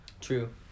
True